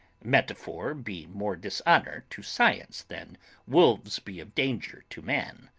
metaphor be more dishonour to science than wolves be of danger to man.